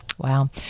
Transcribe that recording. Wow